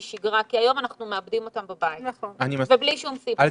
שגרה כי היום אנחנו מאבדים אותם בבית ובלי שום סיבה.